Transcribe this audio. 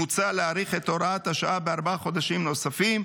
מוצע להאריך את הוראת השעה בארבעה חודשים נוספים,